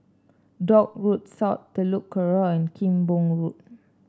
Dock Road South Telok Kurau and Kim Pong Road